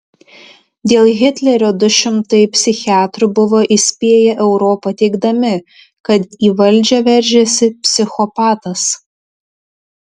dėl hitlerio du šimtai psichiatrų buvo įspėję europą teigdami kad į valdžią veržiasi psichopatas